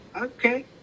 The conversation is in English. okay